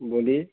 बोलिए